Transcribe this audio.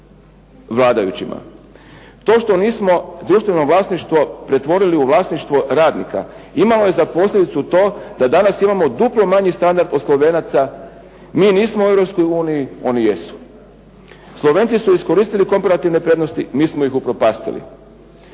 To što nismo društveno vlasništvo pretvorili u vlasništvo radnika, imao je za posljedicu to da danas imamo duplo manji standard od Slovenaca. Mi nismo u Europskoj uniji, oni jesu. Slovenci su iskoristili komparativne prednosti, mi smo ih upropastili.